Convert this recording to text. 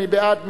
מי בעד?